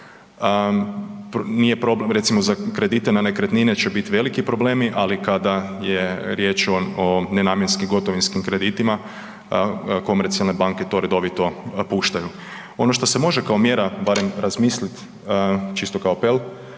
Nije problem recimo, za kredite na nekretnine će biti veliki problemi, ali kada je riječ o nenamjenskim gotovinskim kreditima, komercijalne banke to redovito puštaju. Ono što se može kao mjera barem razmisliti, čisto kao apel,